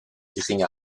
geringe